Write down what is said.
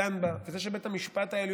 וזה שבית המשפט עוד בכלל דן בה,